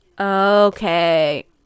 okay